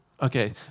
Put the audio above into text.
Okay